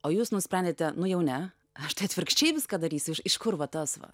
o jūs nusprendėte nu jau ne aš tai atvirkščiai viską darysiu iš iš kur va tas va